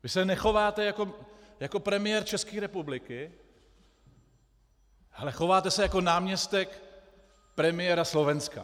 Vy se nechováte jako premiér České republiky, ale chováte se jako náměstek premiéra Slovenska.